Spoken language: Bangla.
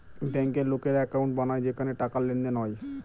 ব্যাঙ্কের লোকেরা একাউন্ট বানায় যেখানে টাকার লেনদেন হয়